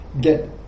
get